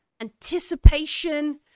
anticipation